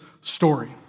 story